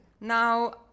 Now